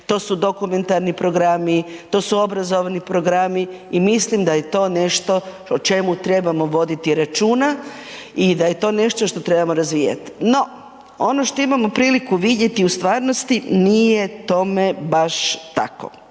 to su dokumentarni programi, to su obrazovni programi i mislim da je to nešto o čemu trebamo voditi računa i da je to nešto što trebamo razvijati. No, ono što imamo priliku vidjeti u stvarnosti nije tome baš tako.